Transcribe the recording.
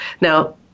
Now